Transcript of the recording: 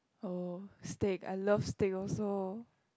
oh steak I love steak also